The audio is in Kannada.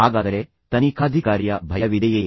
ಹಾಗಾದರೆ ನಿಮಗೆ ತನಿಖಾಧಿಕಾರಿಯ ಬಗ್ಗೆ ಭಯವಿದೆಯೇ